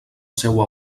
seua